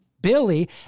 Billy